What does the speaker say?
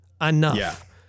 enough